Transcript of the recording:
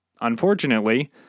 Unfortunately